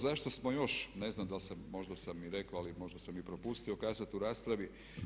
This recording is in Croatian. Zašto smo još ne znam da li sam, možda sam i rekao, ali možda sam i propustio kazati u raspravi.